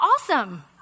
awesome